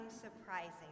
surprising